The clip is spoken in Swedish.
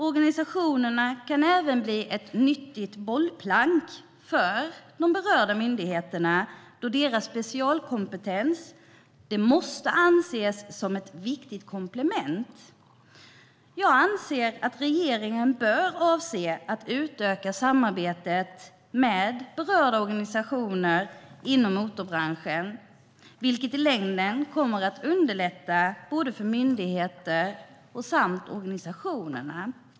Organisationerna kan även bli ett nyttigt bollplank för de berörda myndigheterna, eftersom deras specialkompetens måste anses som ett viktigt komplement. Jag anser att regeringen bör avse att utöka samarbetet med berörda organisationer inom motorbranschen, vilket i längden kommer att underlätta både för myndigheter och för organisationer.